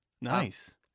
Nice